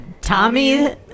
Tommy